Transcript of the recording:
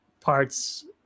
parts